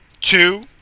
Two